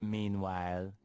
Meanwhile